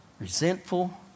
resentful